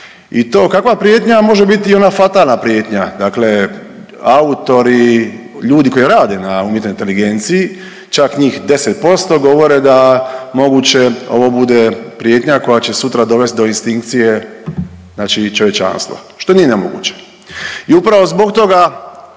i to kakva prijetnja, može biti ona fatalna prijetnja, dakle autori, ljudi koji rade na umjetnoj inteligenciji, čak njih 10% govore da, moguće ovo bude prijetnja koja će sutra dovesti do instinkcije znači čovječanstva, što nije nemoguće i upravo zbog toga